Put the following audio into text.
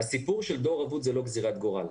הסיפור של דור אבוד הוא לא גזרת גורל.